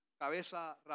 cabeza